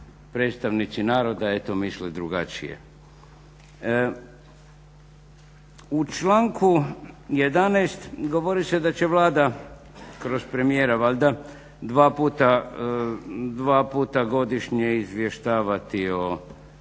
predstavnici naroda eto misle drugačije. U članku 11. govori se da će Vlada, kroz premijera valjda, dva puta godišnje izvještavati o